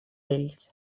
ells